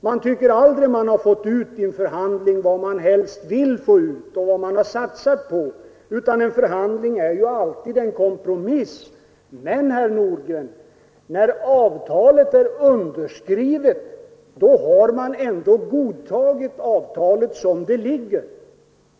Man tycker aldrig att man i en förhandling har fått ut allt vad man önskat sig och har satsat på; ett förhandlingsresultat är alltid en kompromiss. Men, herr Nordgren, när avtalet är underskrivet har man ändå godtagit avtalet som det ligger.